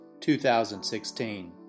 2016